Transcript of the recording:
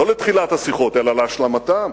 לא לתחילת השיחות אלא להשלמתן,